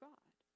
God